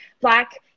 black